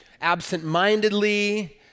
absent-mindedly